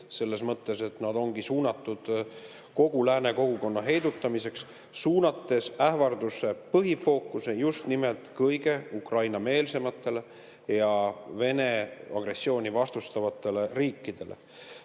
selles mõttes, et nad ongi suunatud kogu lääne kogukonna heidutamiseks, ähvarduse põhifookus on suunatud just nimelt kõige Ukraina-meelsematele ja Vene agressiooni vastustavatele riikidele.